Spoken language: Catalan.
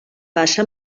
passa